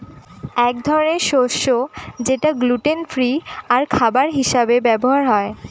এক ধরনের শস্য যেটা গ্লুটেন ফ্রি আর খাবার হিসাবে ব্যবহার হয়